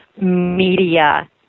media